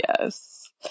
yes